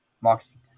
marketing